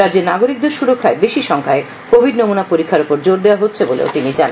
রাজ্যে নাগরিকদের সুরক্ষায় বেশি সংখ্যায় কোভিড নমুনা পরীক্ষার উপর জোর দেওয়া হচ্ছে বলেও তিনি জানান